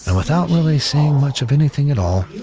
and without really saying much of anything at all.